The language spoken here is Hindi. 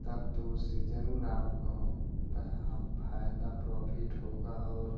तब तो उससे ज़रूर आपको पै हँ फायदा प्रॉफिट होगा और